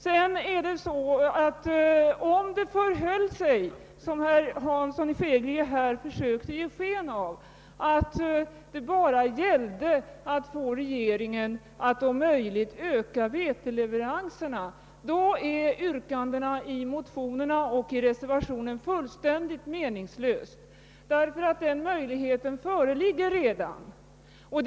Om det förhöll sig så som herr Hansson i Skegrie försökte ge sken av, nämligen att det bara gäller att få regeringen att om möjligt öka veteleveranserna, vore yrkandet i motionerna och reservationen fullständigt meningslöst. Den möjligheten föreligger nämligen redan.